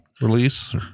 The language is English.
release